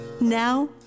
now